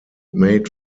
made